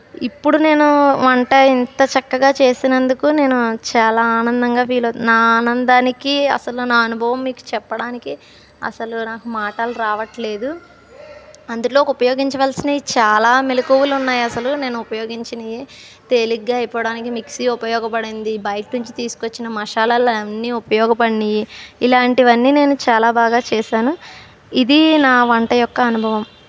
ఇప్పుడు నేను వంట ఇంత చక్కగా చేసినందుకు నేను చాలా ఆనందంగా ఫీల్ అవుతున్న నా ఆనందానికి అసలు నా అనుభవం మీకు చెప్పడానికి అసలు నాకు మాటలు రావట్లేదు అందులో ఉపయోగించవలసినవి చాలా మెలకువలు ఉన్నాయి అసలు నేను ఉపయోగించినవి తేలిగ్గా అయిపోవడానికి మిక్సీ ఉపయోగపడింది బయట నుంచి తీసుకొచ్చిన మసాలాలు అన్నీ ఉపయోగపడినవి ఇలాంటివన్నీ నేను చాలా బాగా చేసాను ఇది నా వంట యొక్క అనుభవం